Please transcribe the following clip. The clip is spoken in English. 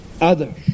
others